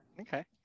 Okay